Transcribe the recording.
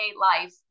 life